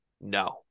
No